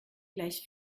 gleich